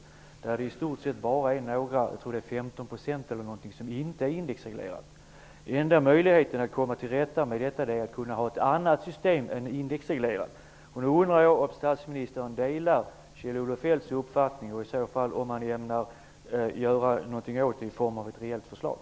Jag tror att det i stort sett bara är 15 % eller något ditåt som inte är indexreglerat. Enda möjligheten att komma till rätta med detta är att kunna ha ett annat system än indexreglering. Nu undrar jag om statsministern delar Kjell-Olof Feldts uppfattning och om han i så fall ämnar göra något åt det i form av ett rejält förslag.